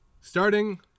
starting